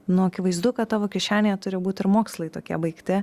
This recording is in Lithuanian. nu akivaizdu kad tavo kišenėje turi būt ir mokslai tokie baigti